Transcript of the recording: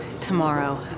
tomorrow